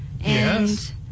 Yes